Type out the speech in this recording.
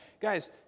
guys